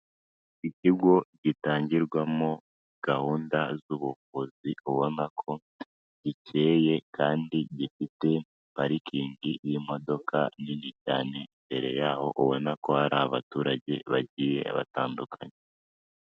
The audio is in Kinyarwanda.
Ikigo gitangirwamo gahunda z'ubuvuzi ubona ko gikeye kandi gifite parikingi y'imodoka nini cyane, imbere yaho ubona ko hari abaturage bagiye batandukanye.